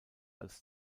als